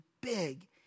big